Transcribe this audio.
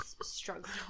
struggling